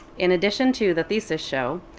in addition to the thesis show,